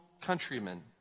countrymen